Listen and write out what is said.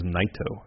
Naito